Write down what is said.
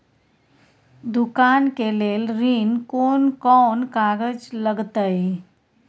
दुकान के लेल ऋण कोन कौन कागज लगतै?